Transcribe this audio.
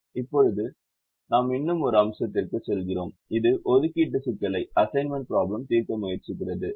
இப்போது நாம் இன்னும் ஒரு அம்சத்திற்குச் செல்கிறோம் இது ஒதுக்கீட்டு சிக்கலைத் தீர்க்க முயற்சிக்கிறது